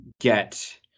get